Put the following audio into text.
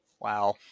Wow